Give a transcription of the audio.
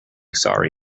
sorry